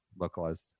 localized